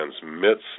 transmits